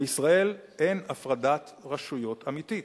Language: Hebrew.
בישראל אין הפרדת רשויות אמיתית.